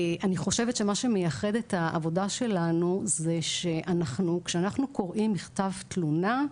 אני חושבת שמה שמייחד את העבודה שלנו זה כשאנחנו קוראים מכתב תלונה,